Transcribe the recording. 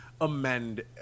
amend